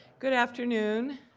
good afternoon.